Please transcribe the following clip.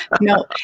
no